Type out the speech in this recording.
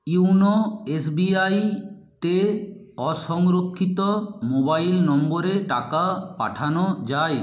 YONO SBI তে অসংরক্ষিত mobile নম্বরে টাকা পাঠানো যায়